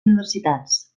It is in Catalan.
universitats